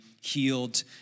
healed